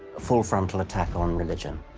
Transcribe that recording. full-frontal attack on religion.